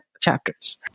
chapters